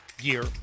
year